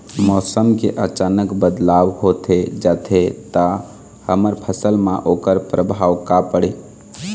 मौसम के अचानक बदलाव होथे जाथे ता हमर फसल मा ओकर परभाव का पढ़ी?